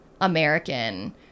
American